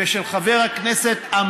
ושל חבר אמסלם